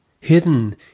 hidden